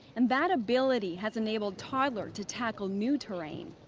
and that ability has enabled toddler to tackle new terrain.